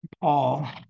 Paul